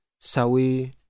sawi